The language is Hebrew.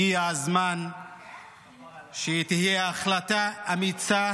הגיע הזמן שתהיה החלטה אמיצה